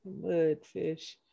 mudfish